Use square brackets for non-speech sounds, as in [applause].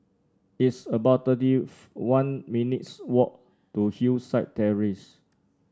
it's about thirty [unintelligible] one minutes' walk to Hillside Terrace